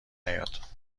نیاد